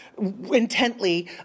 intently